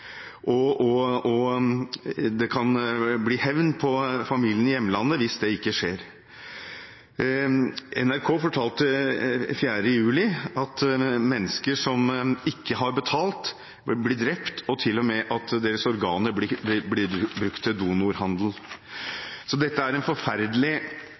Det kan føre til hevn over familien i hjemlandet hvis det ikke skjer. NRK fortalte 4. juli at mennesker som ikke har betalt, blir drept, og til og med at deres organer blir brukt til donorhandel. Så dette er en forferdelig